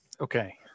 okay